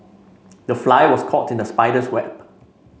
the fly was caught in the spider's web